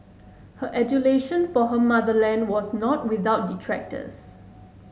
her adulation for her motherland was not without detractors